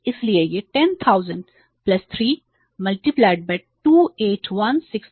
इसलिए यह 10000 3 2817696 है